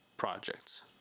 projects